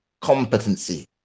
competency